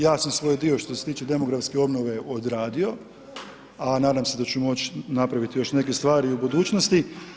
Ja sam svoj dio, što se tiče demografske obnove, odradio, a nadam se da ću moći napraviti još neke stvari u budućnosti.